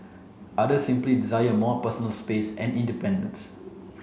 others simply desire more personal space and independence